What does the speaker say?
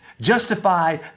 Justify